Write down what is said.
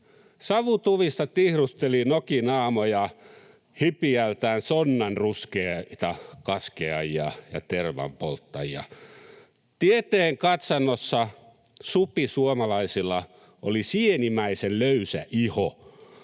Savutuvissa tihrusteli nokinaamoja, hipiältään sonnanruskeita kaskeajia ja tervanpolttajia. Tieteen katsannossa supisuomalaisilla oli sienimäisen löysä iho